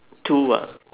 two ah